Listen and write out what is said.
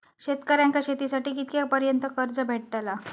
शेतकऱ्यांका शेतीसाठी कितक्या पर्यंत कर्ज भेटताला?